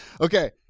Okay